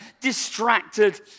distracted